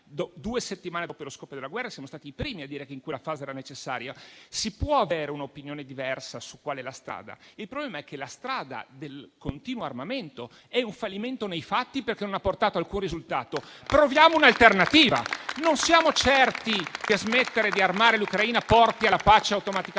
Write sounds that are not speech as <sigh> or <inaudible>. Due settimane dopo lo scoppio della guerra, siamo stati i primi a dire che in quella fase era necessario. Si può avere un'opinione diversa su quale sia la strada. Il problema è che la strada del continuo armamento è un fallimento nei fatti, perché non ha portato alcun risultato. <applause> Proviamo un'alternativa. <applause> Non siamo certi che smettere di armare l'Ucraina porti automaticamente